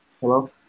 Hello